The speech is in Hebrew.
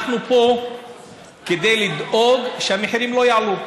אנחנו פה כדי לדאוג שהמחירים לא יעלו.